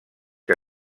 que